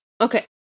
Okay